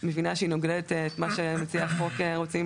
אני מבינה שהוא נוגד את מה שמציעי החוק רוצים